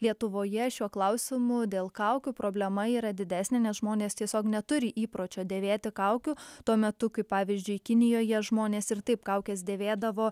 lietuvoje šiuo klausimu dėl kaukių problema yra didesnė nes žmonės tiesiog neturi įpročio dėvėti kaukių tuo metu kai pavyzdžiui kinijoje žmonės ir taip kaukes dėvėdavo